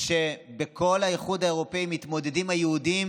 כשבכל האיחוד האירופי מתמודדים היהודים